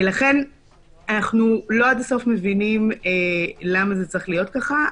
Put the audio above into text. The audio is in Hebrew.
לכן אנחנו לא עד הסוף מבינים למה זה צריך להיות ככה.